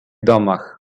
domach